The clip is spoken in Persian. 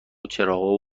چراغا